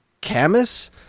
Camus